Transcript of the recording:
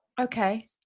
okay